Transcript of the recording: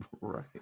Right